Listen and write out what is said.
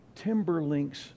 Timberlinks